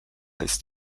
ist